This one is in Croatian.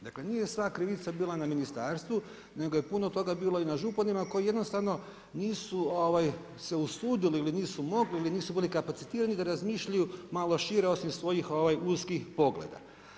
Dakle, nije sva krivica bila na ministarstvu, nego je puno toga bilo i na županima koji jednostavno nisu se usudili ili nisu mogli ili nisu bili kapacitirani da razmišljaju malo šire osim svojih uskih pogleda.